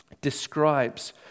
describes